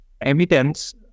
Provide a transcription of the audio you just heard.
evidence